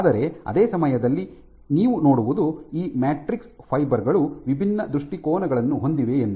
ಆದರೆ ಅದೇ ಸಮಯದಲ್ಲಿ ನೀವು ನೋಡುವುದು ಈ ಮ್ಯಾಟ್ರಿಕ್ಸ್ ಫೈಬರ್ ಗಳು ವಿಭಿನ್ನ ದೃಷ್ಟಿಕೋನಗಳನ್ನು ಹೊಂದಿವೆ ಎಂದು